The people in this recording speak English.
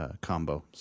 combo